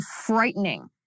frightening